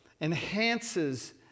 enhances